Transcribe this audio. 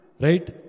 Right